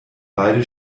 beide